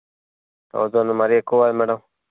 thousand మరీ ఎక్కువ కద మేడం